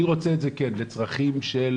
אני רוצה את זה כן, לצרכים של